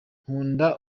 nkunda